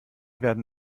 werden